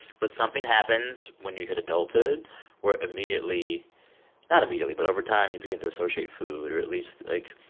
but something happens when you hit adulthood where immediately not immediately, but over time, you begin to associate food, or at least, like,